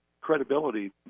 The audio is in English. credibility